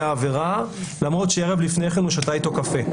העבירה למרות שערב לפני כן הוא שתה אתו קפה,